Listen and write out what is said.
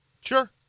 Sure